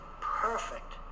perfect